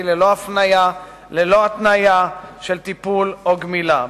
ללא הפניה וללא התניה של טיפול וגמילה.